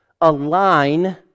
align